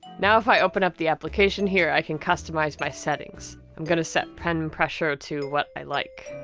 now if i open up the application here, i can customize my settings. i'm going to set pen pressure to what i like.